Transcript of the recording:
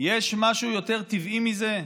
יש משהו יותר טבעי מזה?